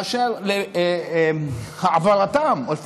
באשר להעברתם של המסתננים,